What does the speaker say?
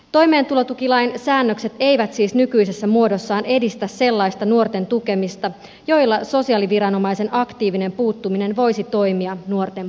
toimeentulotukilain säännökset eivät siis nykyisessä muodossaan edistä sellaista nuorten tukemista joilla sosiaaliviranomaisen aktiivinen puuttuminen voisi toimia nuorten parhaaksi